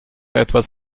etwas